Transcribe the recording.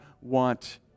want